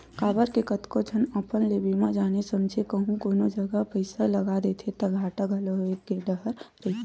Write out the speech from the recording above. काबर के कतको झन अपन ले बिना जाने समझे कहूँ कोनो जगा पइसा लगा देथे ता घाटा घलो होय के डर रहिथे